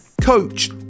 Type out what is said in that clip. coach